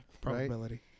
Probability